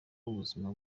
ubuzima